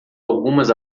algumas